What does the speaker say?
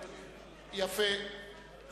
יפה.